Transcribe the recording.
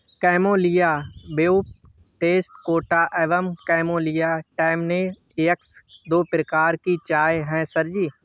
camellia pubicosta और Camellia taliensis दो प्रकार की चाय है सर जी